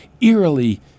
eerily